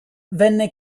venne